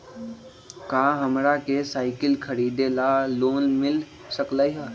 का हमरा के साईकिल खरीदे ला लोन मिल सकलई ह?